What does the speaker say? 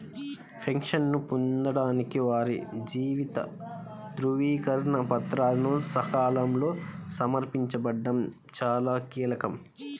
పెన్షన్ను పొందడానికి వారి జీవిత ధృవీకరణ పత్రాలను సకాలంలో సమర్పించడం చాలా కీలకం